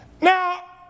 Now